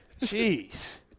Jeez